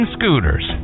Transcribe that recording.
Scooters